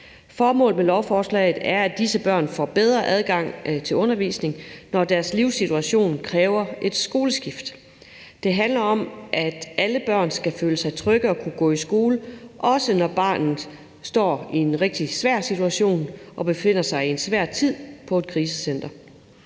Formålet med lovforslaget er, at disse børn får bedre adgang til undervisning, når deres livssituation kræver et skoleskift. Det handler om, at alle børn skal føle sig trygge og kunne gå i skole, også når de står i en rigtig svær situation og befinder sig i en svær tid på et krisecenter.